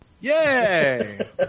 Yay